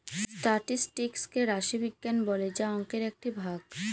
statistics কে রাশি বিজ্ঞান বলে যা অংকের একটি ভাগ